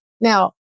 Now